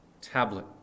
tablet